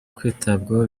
kwitabwaho